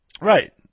Right